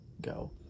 go